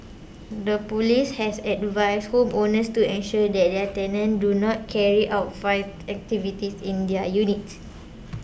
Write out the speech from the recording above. the police has advised home owners to ensure that their tenants do not carry out vice activities in their units